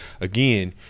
again